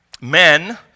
men